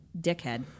dickhead